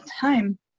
time